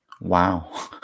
Wow